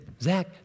Zach